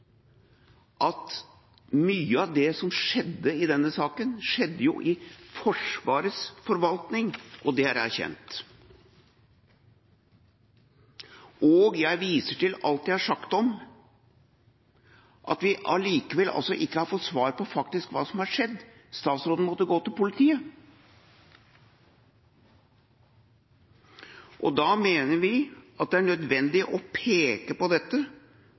at mye av det som skjedde i denne saken, skjedde i Forsvarets forvaltning, og det er erkjent. Og jeg viser til alt jeg har sagt om at vi allikevel ikke har fått svar på hva som faktisk har skjedd. Statsråden måtte gå til politiet. Da mener vi at det er nødvendig å peke på dette,